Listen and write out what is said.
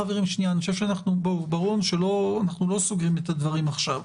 לנו שאנחנו לא סוגרים את הדברים עכשיו,